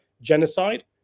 genocide